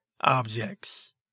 objects